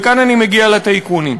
וכאן אני מגיע לטייקונים.